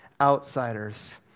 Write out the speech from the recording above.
outsiders